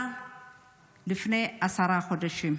נעדרה לפני עשרה חודשים.